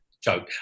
Joke